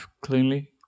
cleanly